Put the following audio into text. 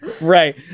Right